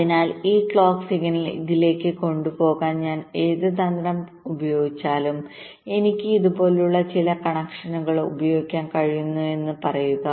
അതിനാൽ ഈ clock signal ഇതിലേക്ക് കൊണ്ടുപോകാൻ ഞാൻ ഏത് തന്ത്രം ഉപയോഗിച്ചാലും എനിക്ക് ഇതുപോലുള്ള ചില കണക്ഷനുകൾ ഉപയോഗിക്കാൻ കഴിയുമെന്ന് പറയുക